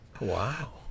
Wow